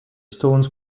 stones